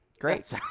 Great